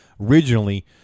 originally